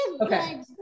Okay